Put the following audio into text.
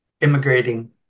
immigrating